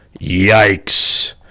Yikes